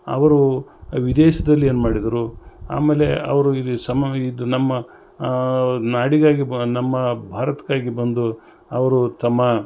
ಅವರು ವಿದೇಶದಲ್ಲಿ ಏನು ಮಾಡಿದರು ಆಮೇಲೆ ಅವರು ಇದು ಸಮ ಇದು ನಮ್ಮ ನಾಡಿಗಾಗಿ ಬ ನಮ್ಮ ಭಾರತ್ಕಾಗಿ ಬಂದು ಅವರು ತಮ್ಮ